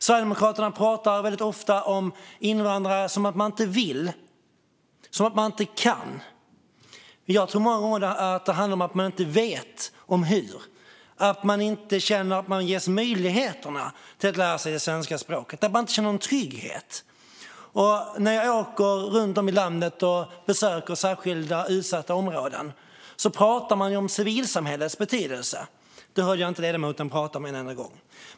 Sverigedemokraterna pratar väldigt ofta om invandrare som om de inte vill och inte kan, men jag tror att det många gånger handlar om att de inte vet hur. De känner inte att de ges möjligheten att lära sig det svenska språket, och de känner ingen trygghet. När jag åker runt i landet och besöker särskilt utsatta områden hör jag människor prata om civilsamhällets betydelse. Det hörde jag inte ledamoten prata om en enda gång.